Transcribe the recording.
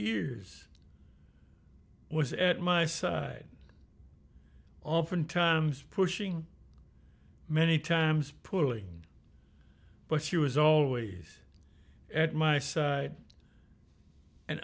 years was at my side often times pushing many times poorly but she was always at my side and